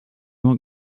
won’t